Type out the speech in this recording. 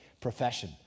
profession